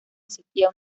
existía